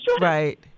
right